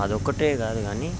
అది ఒక్కటే కాదు కానీ